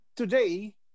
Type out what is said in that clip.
Today